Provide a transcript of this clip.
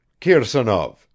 Kirsonov